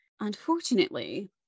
Unfortunately